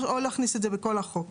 או להכניס את זה בכל החוק